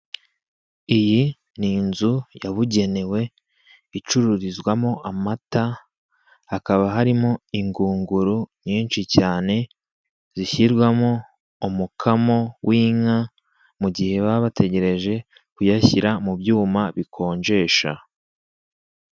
Iyi ni inzu yabugenewe, icururizwamo amata, hakaba harimo ingunguru nyinshi cyane, zishyirwamo umukamo w'inka, mu gihe baba bategereje kuyashyira mu byuma bikonjesha.